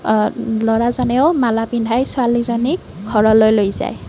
ল'ৰাজনেও মালা পিন্ধাই ছোৱালীজনীক ঘৰলৈ লৈ যায়